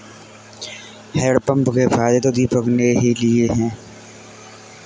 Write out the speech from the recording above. hedge fund के फायदे तो दीपक ने ही लिए है